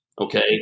Okay